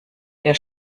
der